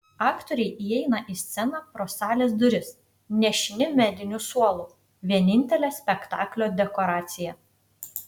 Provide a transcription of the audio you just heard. aktoriai įeina į sceną pro salės duris nešini mediniu suolu vienintele spektaklio dekoracija